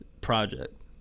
project